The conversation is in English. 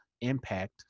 impact